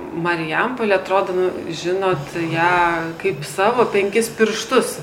marijampolė atrodo nu žinot ją kaip savo penkis pirštus